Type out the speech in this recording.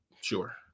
sure